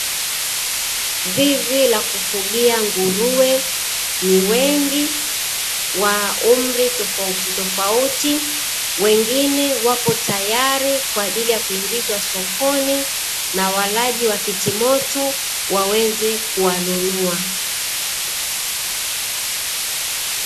Zizi la kufugia nguruwe, ni wengi wa umri tofautitofauti, wengine wapo tayari kwa ajili ya kuingizwa sokoni, na walaji wa kitimoto waweze kuwanunua.